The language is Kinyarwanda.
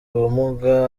ubumuga